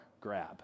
grab